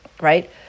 right